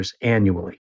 annually